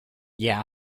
yeah